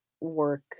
work